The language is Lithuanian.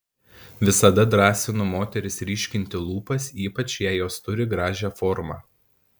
visada drąsinu moteris ryškinti lūpas ypač jei jos turi gražią formą